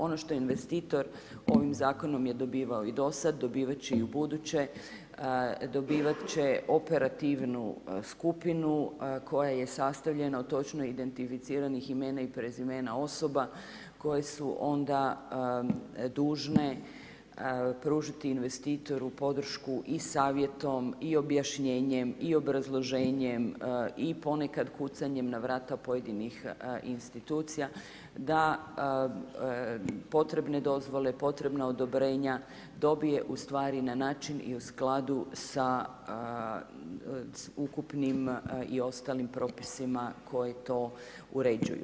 Ono što je investitor ovim zakonom je dobivao i do sad, dobivat će i u buduće, dobivat će operativnu skupinu koja je sastavljena od točno identificiranih imena i prezimena osoba koje su onda dužne pružiti investitoru podršku i savjetom i objašnjenjem i obrazloženjem i ponekad kucanjem na vrata pojedinih institucija, da potrebne dozvole, potrebna odobrenja dobije u stvari na način i u skladu sa ukupnim i ostalim propisima koji to uređuju.